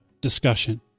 discussion